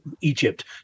Egypt